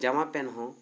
ᱡᱟᱢᱟ ᱯᱮᱱᱴ ᱦᱚᱸ